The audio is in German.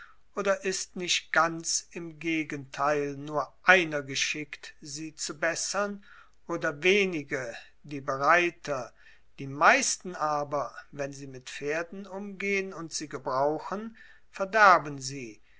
oder ist nicht ganz im gegenteil nur einer geschickt sie zu bessern oder wenige die bereiter die meisten aber wenn sie mit pferden umgehen und sie gebrauchen verderben sie